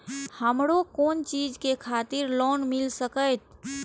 हमरो कोन चीज के खातिर लोन मिल संकेत?